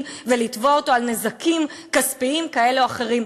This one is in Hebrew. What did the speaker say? ולתבוע אותו על נזקים כספיים כאלה או אחרים.